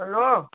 hello